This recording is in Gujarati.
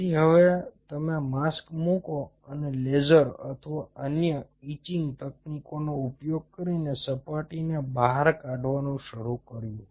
તેથી હવે તમે માસ્ક મૂકો અને લેસર અથવા અન્ય ઈચિંગ તકનીકોનો ઉપયોગ કરીને સપાટીને બહાર કાઢવાનું શરૂ કર્યું